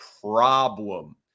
problem